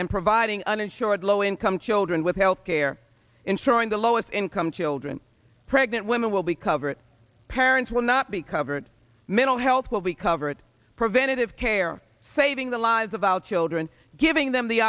and providing uninsured low income children with health care insuring the lowest income children pregnant women will be covered parents will not be covered mental health will be covered preventative care saving the lives of our children giving them the